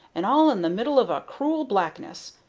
and all in the middle of a cruel blackness,